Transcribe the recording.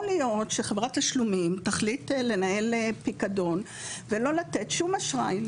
יכול להיות שחברת תשלומים תחליט לנהל פיקדון ולא לתת שום אשראי,